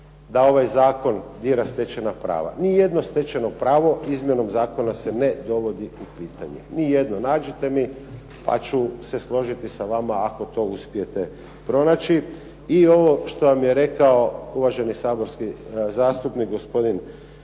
da ovaj Zakon dira stečena prava. Ni jedno stečeno pravo promjenom Zakona se ne dovodi u pitanje, nađite mi pa ću se složiti sa vama ako to uspijete pronaći. I ovo što vam je rekao saborski zastupnik gospodin